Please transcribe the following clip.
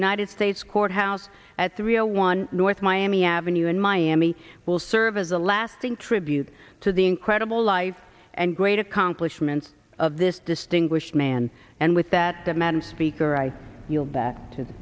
united states courthouse at the rio one north miami avenue in miami will serve as a lasting tribute to the incredible life and great accomplishments of this distinguished man and with that the madam speaker i yield back to the